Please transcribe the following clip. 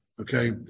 Okay